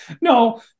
No